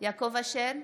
יעקב אשר,